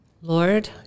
Lord